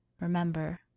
remember